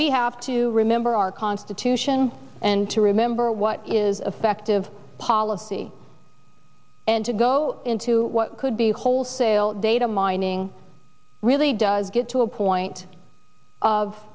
we have to remember our constitution and to remember what is affective policy and to go into what could be wholesale data mining really does get to a point of